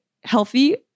healthy